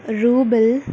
rouble